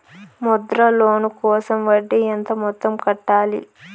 Mudra loan కోసం వడ్డీ ఎంత మొత్తం కట్టాలి